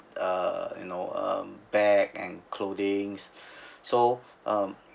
uh you know uh bag and clothing so um